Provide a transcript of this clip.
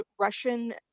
Russian